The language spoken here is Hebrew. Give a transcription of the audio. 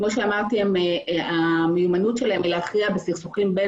כאמור המיומנות שלהם להכריע בסכסוכים בין